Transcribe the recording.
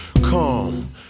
come